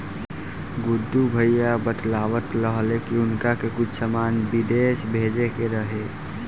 गुड्डू भैया बतलावत रहले की उनका के कुछ सामान बिदेश भेजे के रहे